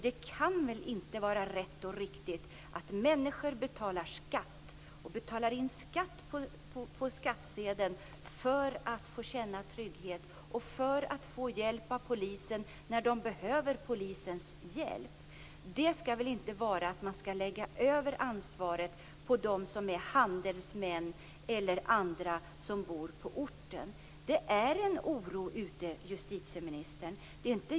Det kan väl inte vara rätt och riktigt att människor som betalar skatt för att få känna trygghet och få hjälp av polisen, nu skall lägga över ansvaret på handelsmän eller andra som bor på orten. Det finns en oro, justitieministern.